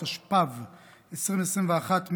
התשפ"ב 2021,